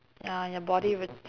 ya your body would